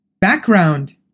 Background